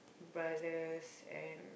brothers and